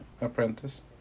apprentice